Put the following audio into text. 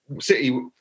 City